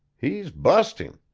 he's bu'sting.